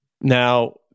Now